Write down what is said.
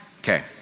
Okay